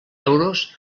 euros